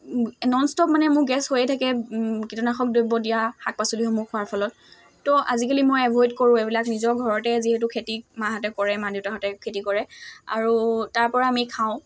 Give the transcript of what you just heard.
non stop মানে মোৰ gas হৈয়ে থাকে কীটনাশক দ্ৰব্য দিয়া শাক পাচলিসমূহ হোৱাৰ ফলত তো আজিকালি মই এভইড কৰোঁ এইবিলাক নিজৰ ঘৰতে যিহেতু খেতি মাহঁতে কৰে মা দেউতাহঁতে খেতি কৰে আৰু তাৰ পৰা আমি খাওঁ